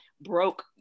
broke